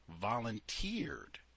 volunteered